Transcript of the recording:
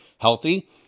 healthy